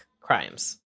crimes